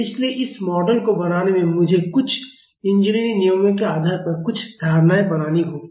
इसलिए इस मॉडल को बनाने में मुझे कुछ इंजीनियरिंग निर्णयों के आधार पर कुछ धारणाएँ बनानी होंगी